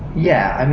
yeah.